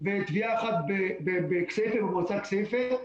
ותביעה אחת במועצת כסייפה.